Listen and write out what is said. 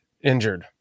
injured